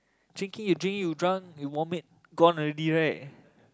drinking you drinking you drunk you vomit gone already right